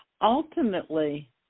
Ultimately